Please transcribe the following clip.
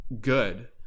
good